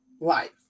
life